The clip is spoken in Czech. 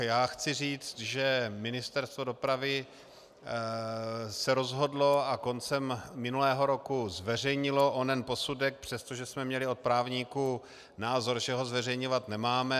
Já chci říci, že Ministerstvo dopravy se rozhodlo a koncem minulého roku zveřejnilo onen posudek, přestože jsme měli od právníků názor, že ho zveřejňovat nemáme.